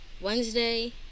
Wednesday